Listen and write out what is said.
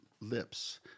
lips